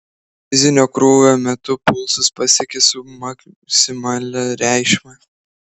fizinio krūvio metu pulsas pasiekė submaksimalią reikšmę